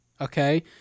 okay